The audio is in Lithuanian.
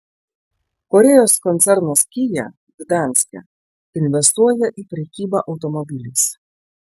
korėjos koncernas kia gdanske investuoja į prekybą automobiliais